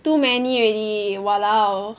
too many already eh !walao!